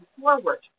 forward